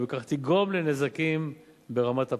ובכך יגרום לנזקים ברמת הפרט,